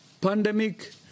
Pandemic